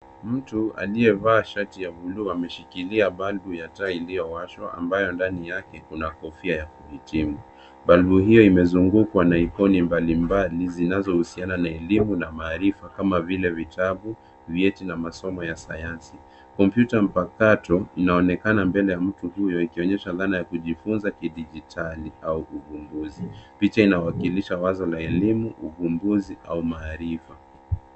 Mtu aliyevaa shati ya buluu ameshikilia balbu ya taa iliyowashwa ambayo ndani yake kuna kofia ya kuhitimu. Balbu io imezungukwa na ikoni mbalimbali zinazohusiana na elimu na maarifa kama vile vitabu, vyeti na masomo ya sayansi. Kompyuta mpakato inaonekana mbele ya mtu huyo ikionyesha dhana ya kujifuza kidijitali au uguduzi. Picha inawakilisha wazo la elimu, uguduzi au maarifa.